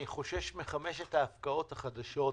אני חושש מחמש ההפקעות החדשות,